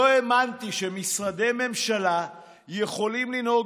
לא האמנתי שמשרדי ממשלה יכולים לנהוג